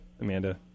Amanda